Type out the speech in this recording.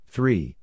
Three